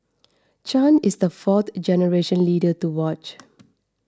Chan is the fourth generation leader to watch